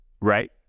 right